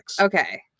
Okay